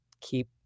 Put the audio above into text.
keep